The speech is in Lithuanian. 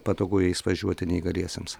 patogu jais važiuoti neįgaliesiems